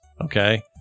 okay